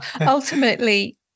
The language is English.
ultimately